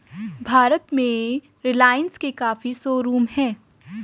भारत में रिलाइन्स के काफी शोरूम हैं